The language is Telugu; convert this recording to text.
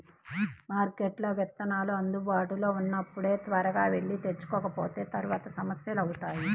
మార్కెట్లో విత్తనాలు అందుబాటులో ఉన్నప్పుడే త్వరగా వెళ్లి తెచ్చుకోకపోతే తర్వాత సమస్య అవుతుంది